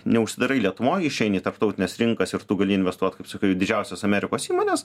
neužsidarai lietuvoj išeini į tarptautines rinkas ir tu gali investuot kaip sakiau į didžiausias amerikos įmones